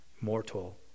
mortal